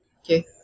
okay